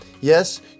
Yes